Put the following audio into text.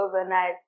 overnight